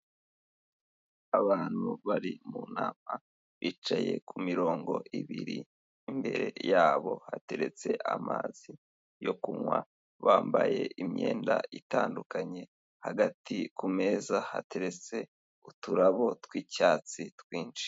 Abantu bari mu nama, bicaye ku mirongo ibiri, imbere yabo hateretse amazi yo kunywa, bambaye imyenda itandukanye, hagati ku meza hateretse uturabo tw'icyatsi twinshi.